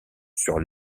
sur